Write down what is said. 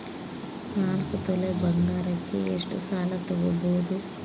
ನಾಲ್ಕು ತೊಲಿ ಬಂಗಾರಕ್ಕೆ ಎಷ್ಟು ಸಾಲ ತಗಬೋದು?